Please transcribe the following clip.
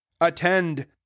Attend